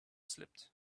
slipped